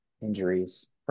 injuries